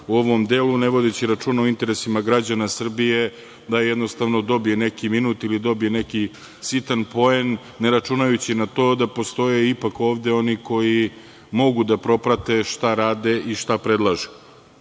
u ovom delu, ne vodeći računa o interesima građana Srbije, da jednostavno dobije neki minut ili dobije neki sitan poen, ne računajući na to postoje ipak oni koji mogu da proprate šta rade i šta predlažu. Kad